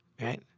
Right